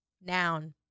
Noun